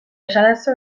esadazu